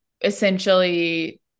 essentially